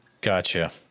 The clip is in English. Gotcha